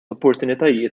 opportunitajiet